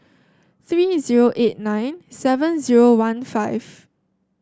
three zero eight nine seven zero one five